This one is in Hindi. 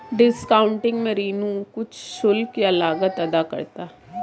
डिस्कॉउंटिंग में ऋणी कुछ शुल्क या लागत अदा करता है